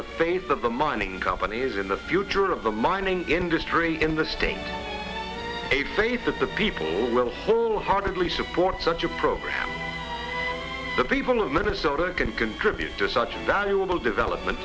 the faith of the mining companies in the future of the mining industry in the state a faith that the people will wholeheartedly support such a program the people of minnesota can contribute to such a valuable development